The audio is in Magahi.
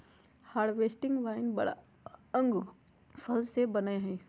हर्बेस्टि वाइन बड़ा अंगूर फल से बनयय हइ